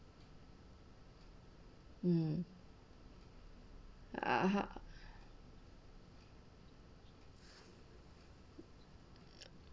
um ah ha